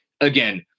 again